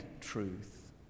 truth